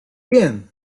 bien